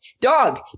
Dog